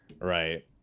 Right